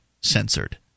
censored